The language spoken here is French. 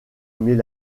met